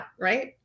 right